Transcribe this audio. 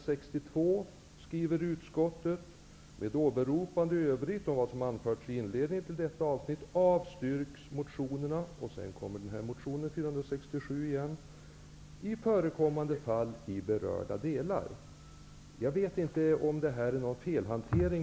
sägs att med åberopande i övrigt av vad som anförts i inledningen till detta avsnitt avstyrks bl.a. motion A467, i förekommande fall i berörda delar. Jag vet inte om det är fråga om en felhantering.